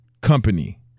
company